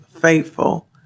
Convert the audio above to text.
faithful